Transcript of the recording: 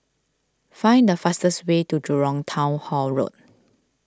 find the fastest way to Jurong Town Hall Road